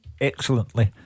excellently